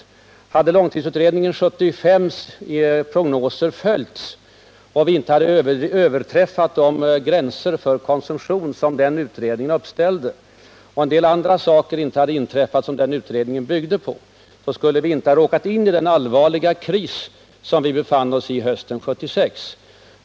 Hade prognoserna från långtidsutredningen 1975 följts, hade vi inte överträffat de gränser för konsumtion som den utredningen uppställde och hade en del annat inte inträffat som utredningen byggde på, skulle vi inte ha råkat in i den allvarliga kris som vi befann oss i hösten 1976.